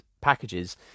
packages